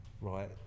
right